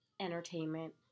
entertainment